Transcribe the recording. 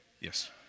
Yes